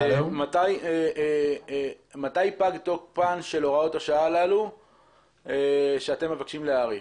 מתי פג תוקפן של הוראות השעה הללו אותן אתם מבקשים להאריך?